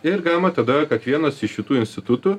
ir galima tada kiekvienas iš šitų institutų